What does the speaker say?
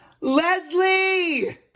Leslie